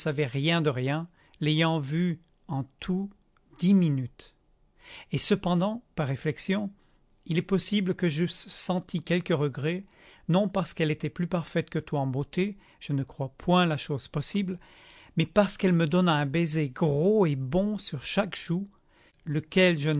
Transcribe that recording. rien de rien l'ayant vue en tout dix minutes et cependant par réflexion il est possible que j'eusse senti quelque regret non parce qu'elle était plus parfaite que toi en beauté je ne crois point la chose possible mais parce qu'elle me donna un baiser gros et bon sur chaque joue lequel je